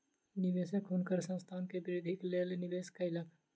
निवेशक हुनकर संस्थान के वृद्धिक लेल निवेश कयलक